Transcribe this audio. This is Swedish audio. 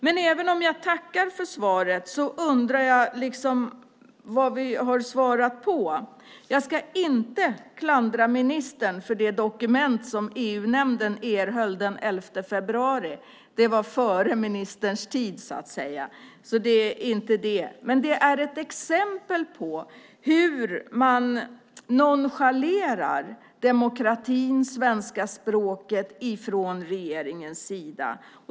Men även om jag tackar för svaret undrar jag vad man har svarat på. Jag ska inte klandra ministern för det dokument som EU-nämnden erhöll inför det informella ministerrådsmötet den 11 februari. Det var före ministerns tid, så att säga. Men det är ett exempel på hur man nonchalerar demokratin och svenska språket från regeringens sida.